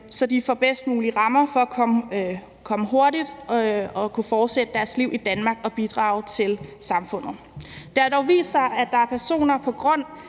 så de får bedst mulige rammer for at komme hurtigt og kunne fortsætte deres liv i Danmark og bidrage til samfundet. Det har dog vist sig, at der er personer, der på grund